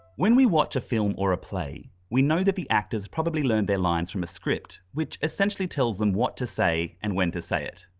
when we watch a film or a play, we know that the actors probably learned their lines from a script, which essentially tells them what to say and when to say it.